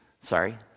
Sorry